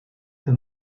the